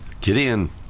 Gideon